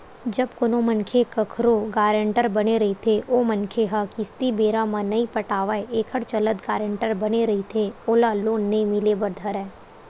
जब कोनो मनखे कखरो गारेंटर बने रहिथे ओ मनखे ह किस्ती बेरा म नइ पटावय एखर चलत गारेंटर बने रहिथे ओला लोन नइ मिले बर धरय